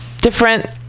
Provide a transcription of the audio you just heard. different